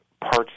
parts